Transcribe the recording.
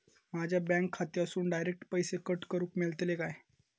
माझ्या बँक खात्यासून डायरेक्ट पैसे कट करूक मेलतले काय?